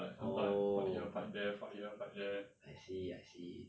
oh I see I see